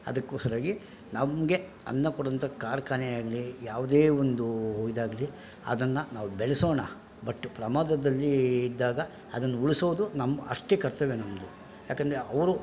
ಅದುಕ್ಕೋಸರಾಗಿ ನಮಗೆ ಅನ್ನ ಕೊಡುಂಥ ಕಾರ್ಖಾನೆ ಆಗಲಿ ಯಾವುದೇ ಒಂದು ಇದಾಗಲಿ ಅದನ್ನು ನಾವು ಬೆಳೆಸೋಣ ಬಟ್ ಪ್ರಮಾದದಲ್ಲಿ ಇದ್ದಾಗ ಅದನ್ನು ಉಳಿಸೋದು ನಮ್ಮ ಅಷ್ಟೇ ಕರ್ತವ್ಯ ನಮ್ಮದು ಯಾಕಂದರೆ ಅವರು